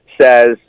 says